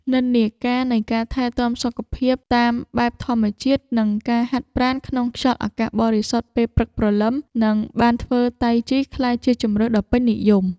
និន្នាការនៃការថែទាំសុខភាពតាមបែបធម្មជាតិ និងការហាត់ប្រាណក្នុងខ្យល់អាកាសបរិសុទ្ធពេលព្រឹកព្រលឹម បានធ្វើឱ្យតៃជីក្លាយជាជម្រើសដ៏ពេញនិយម។